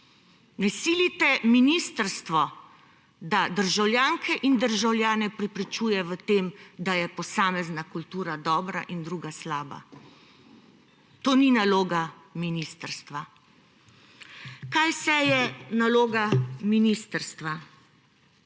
Ne silite ministrstva, da državljanke in državljane prepričuje o tem, da je posamezna kultura dobra in druga slaba, to ni naloga ministrstva. Kaj vse je naloga ministrstva?